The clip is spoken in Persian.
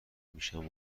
میشم